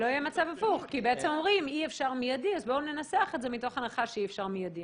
גם אם הוא קיבל הוא לא יכול לעשות מיידית.